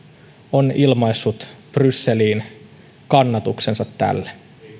on ilmaissut brysseliin kannatuksensa tälle